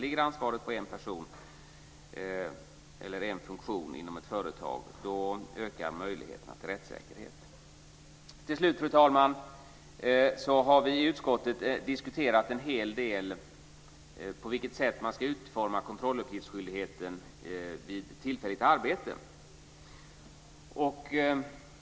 Ligger ansvaret på en funktion inom ett företag ökar möjligheterna till rättssäkerhet. Till slut, fru talman, har vi i utskottet diskuterat en hel del på vilket sätt man ska utforma kontrolluppgiftsskyldigheten vid tillfälligt arbete.